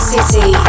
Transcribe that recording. City